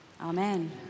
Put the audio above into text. Amen